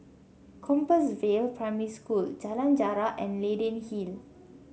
Compassvale Primary School Jalan Jarak and Leyden Hill